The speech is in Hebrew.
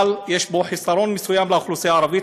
אבל יש בו חיסרון מסוים לאוכלוסייה הערבית,